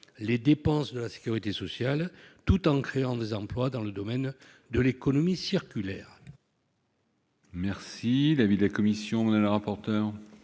les dépenses de la sécurité sociale, tout en créant des emplois dans le domaine de l'économie circulaire. Quel est l'avis de la commission ? L'objectif